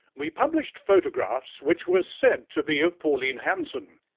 we published photographs which were said to be of pauline hanson.